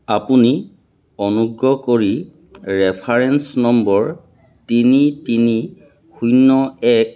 আপুনি অনুগ্ৰহ কৰি ৰেফাৰেন্স নম্বৰ তিনি তিনি শূন্য এক